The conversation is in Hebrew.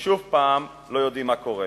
ושוב לא יודעים מה קורה.